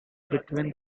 between